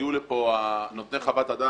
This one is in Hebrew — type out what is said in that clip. הגיעו לפה נותני חוות הדעת,